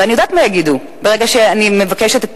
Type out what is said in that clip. ואני יודעת מה יגידו ברגע שאני מבקשת את